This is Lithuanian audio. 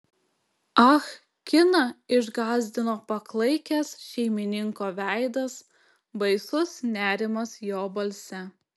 ah kiną išgąsdino paklaikęs šeimininko veidas baisus nerimas jo balse